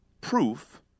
proof